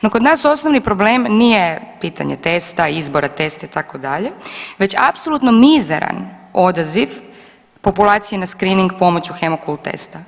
No, kod nas osnovni problem nije pitanje testa, izbora testa itd., već apsolutno mizeran odaziv populacije na skrining pomoću hemokult testa.